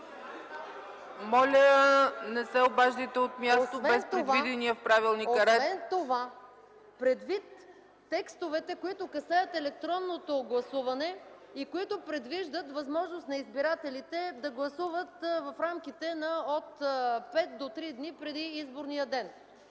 Моля, не се обаждайте от място, без предвидения в правилника ред. МАЯ МАНОЛОВА: ...предвид текстовете, които касаят електронното гласуване и които предвиждат възможност на избирателите да гласуват в рамките от пет до три дни преди изборния ден.